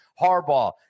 Harbaugh